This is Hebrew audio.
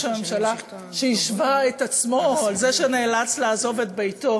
הממשלה שהשווה את עצמו לזה שנאלץ לעזוב את ביתו,